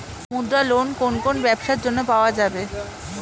মুদ্রা লোন কোন কোন ব্যবসার জন্য পাওয়া যাবে?